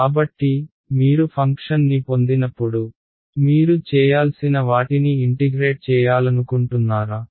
కాబట్టి మీరు ఫంక్షన్ని పొందినప్పుడు మీరు చేయాల్సిన వాటిని ఇంటిగ్రేట్ చేయాలనుకుంటున్నారా